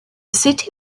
city